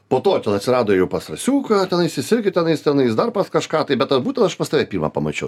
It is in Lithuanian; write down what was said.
po to ten atsirado jau pats rasiuką tenais jis irgi tenais tenais dar pas kažką tai bet tą būtent aš pas tave pirmą pamačiau